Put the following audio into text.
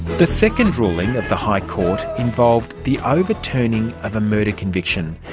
the second ruling of the high court involved the overturning of a murder conviction.